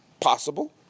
possible